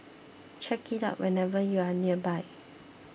check it out whenever you are nearby